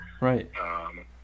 Right